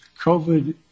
COVID